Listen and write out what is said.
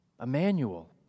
Emmanuel